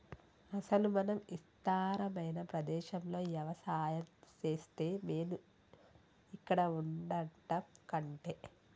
అసలు మనం ఇస్తారమైన ప్రదేశంలో యవసాయం సేస్తే మేలు ఇక్కడ వుండటం కంటె